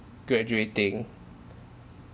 graduating